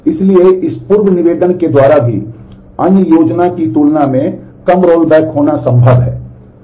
इसलिए इस पूर्व निवेदन के द्वारा भी अन्य योजना की तुलना में कम रोल बैक होना संभव है